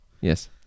yes